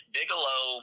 Bigelow